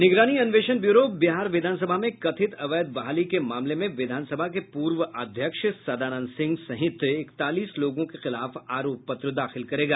निगरानी अन्वेषण ब्यूरो बिहार विधानसभा में कथित अवैध बहाली के मामले में विधानसभा के पूर्व अध्यक्ष सदानंद सिंह सहित इकतालीस लोगों के खिलाफ आरोप पत्र दाखिल करेगा